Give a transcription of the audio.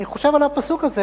אני חושב על הפסוק הזה